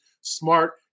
Smart